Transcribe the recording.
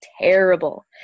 terrible